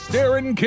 Darren